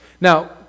Now